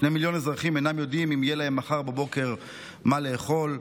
שני מיליון אזרחים אינם יודעים אם יהיה להם מחר בבוקר מה לאכול,